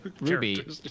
Ruby